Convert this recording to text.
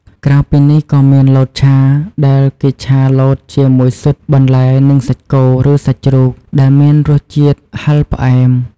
ក្រៅពីនេះ ក៏មាន លតឆា ដែលគេឆាលតជាមួយស៊ុត បន្លែ និងសាច់គោ ឬសាច់ជ្រូក ដែលមានរសជាតិហឹរផ្អែម។